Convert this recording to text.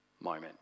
moment